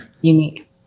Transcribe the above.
…unique